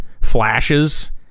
flashes